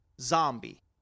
zombie